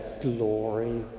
glory